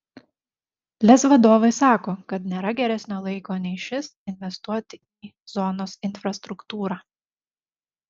lez vadovai sako kad nėra geresnio laiko nei šis investuoti į zonos infrastruktūrą